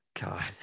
God